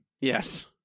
yes